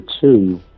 two